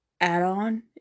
add-on